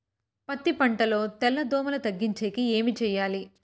పత్తి పంటలో తెల్ల దోమల తగ్గించేకి ఏమి చేయాలి?